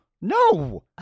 No